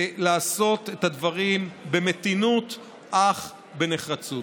לעשות את הדברים במתינות אך בנחרצות.